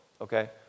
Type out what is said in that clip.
okay